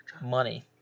money